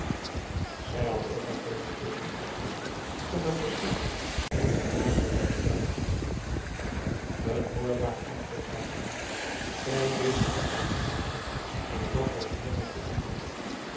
zij had ook haar veelbeteekenenden glimlach tot haar beschikking en zij maakte er gebruik van een hoorbaar antwoord gaf ze niet zij deed het met haar glimlach af en dat was meer dan voldoende